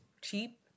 cheap